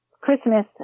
Christmas